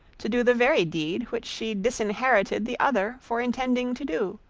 to do the very deed which she disinherited the other for intending to do.